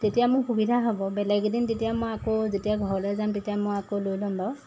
তেতিয়া মোৰ সুবিধা হ'ব বেলেগ এদিন তেতিয়া মই আকৌ যেতিয়া ঘৰলৈ যাম তেতিয়া মই আকৌ লৈ ল'ম বাৰু